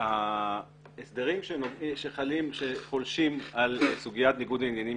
ההסדרים שחולשים על סוגיית ניגוד העניינים